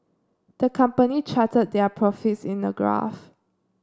the company charted their profits in a graph